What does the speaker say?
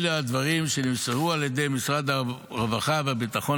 אלה הדברים שנמסרו על ידי משרד הרווחה והביטחון